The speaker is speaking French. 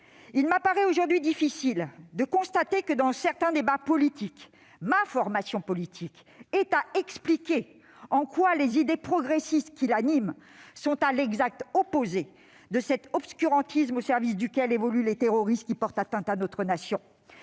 Il m'est aujourd'hui difficile de constater que, s'agissant de certains débats politiques, ma formation est contrainte d'expliquer en quoi les idées progressistes qui l'animent sont à l'exact opposé de cet obscurantisme au service duquel évoluent les terroristes qui portent atteinte à notre Nation.